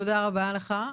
תודה רבה לך.